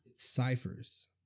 Ciphers